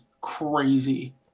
crazy